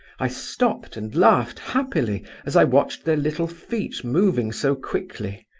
i stopped and laughed happily as i watched their little feet moving so quickly.